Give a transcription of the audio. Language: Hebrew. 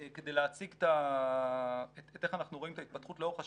כדי להציג איך אנחנו רואים את ההתפתחות לאורך השנים.